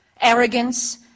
arrogance